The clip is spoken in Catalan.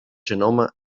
genoma